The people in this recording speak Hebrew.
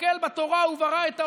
הסתכל בתורה וברא את העולם,